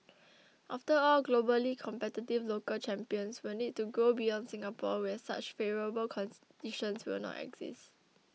after all globally competitive local champions will need to grow beyond Singapore where such favourable will not exist